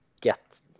get